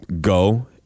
go